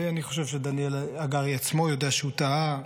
ואני חושב שדניאל הגרי עצמו יודע שהוא טעה.